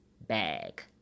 bag